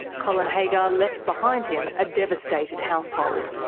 colin haggar left behind him a devastated household.